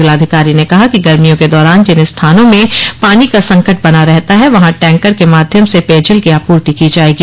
जिलाधिकारी ने कहा कि गर्मियों के दौरान जिन स्थानों में पानी का संकट बना रहता है वहां टैंकर के माध्यम से पेयजल की आपूर्ति की जाएगी